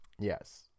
Yes